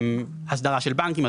הסדרה של בנקים,